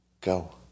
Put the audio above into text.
Go